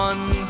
One